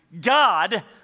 God